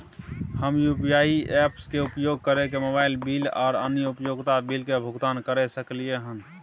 हम UPI apps के उपयोग कैरके मोबाइल बिल आर अन्य उपयोगिता बिल के भुगतान कैर सकलिये हन